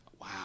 wow